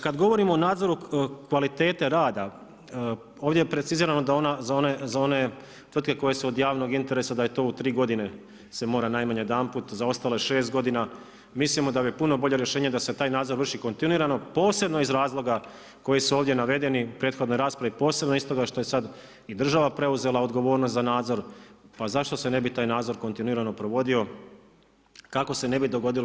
Kada govorimo o nadzoru kvalitete rada ovdje je precizirano da za one tvrtke koje su od javnog interesa da je to u tri godine se mora najmanje jedanput, za ostale šest godina, mislim da bi puno bolje rješenje da se taj nadzor vrši kontinuirano, posebno iz razloga koji su ovdje navedeni i prethodnoj raspravi, posebno iz toga što je sada i država preuzela odgovornost za nadzor, pa zašto se ne bi taj nadzor kontinuirano provodio kako se ne bi dogodilo.